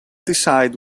decide